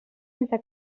sense